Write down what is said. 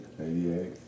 88